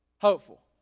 hopeful